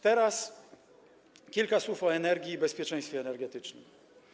Teraz kilka słów o energii i bezpieczeństwie energetycznym.